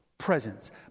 presence